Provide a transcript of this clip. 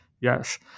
Yes